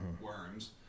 worms